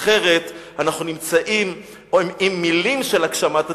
אחרת, אנחנו נמצאים עם מלים של הגשמת הציונות,